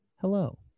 hello